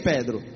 Pedro